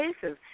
cases